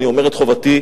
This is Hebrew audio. אני אומר את חובתי,